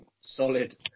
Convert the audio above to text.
solid